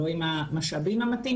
לא עם המשאבים המתאימים.